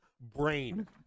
brain